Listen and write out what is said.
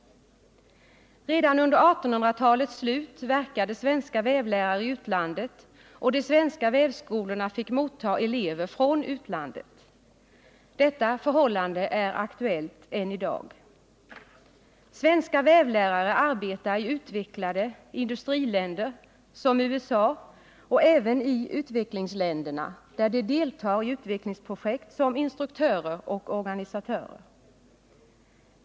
Redan under 1800-talets slut verkade svenska vävlärare i utlandet och de svenska vävskolorna fick motta elever från utlandet. Detta förhållande är aktuellt än i dag. Svenska vävlärare arbetar i utvecklade industriländer som USA och även i utvecklingsländerna, där de deltar i utvecklingsprojekt som instruktörer och organisatörer.